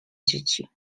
dzieci